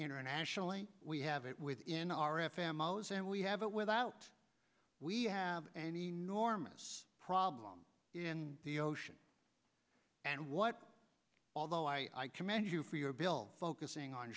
internationally we have it within our f m o's and we have it without we have an enormous problem in the ocean and what although i commend you for your bill focusing on